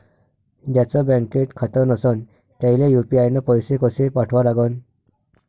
ज्याचं बँकेत खातं नसणं त्याईले यू.पी.आय न पैसे कसे पाठवा लागन?